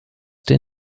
der